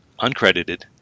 uncredited